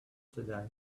today